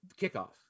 kickoff